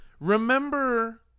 remember